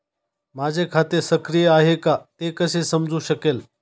माझे खाते सक्रिय आहे का ते कसे समजू शकेल?